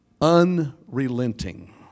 unrelenting